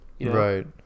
Right